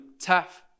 tough